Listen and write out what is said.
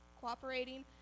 cooperating